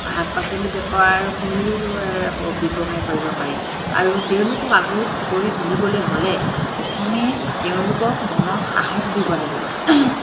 শাক পাচলি বেপাৰ কৰিও ব্যৱসায় কৰিব পাৰি আৰু তেওঁলোকক আগ্ৰহী কৰি তুলিবলে হ'লে প্ৰথমে তেওঁলোকক মনত সাহস দিব লাগিব